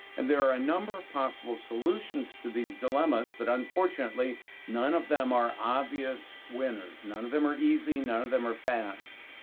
and there are a number of possible solutions solutions to these dilemmas, but unfortunately none of them are obvious winners. none of them are easy. none of them are fast,